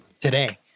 today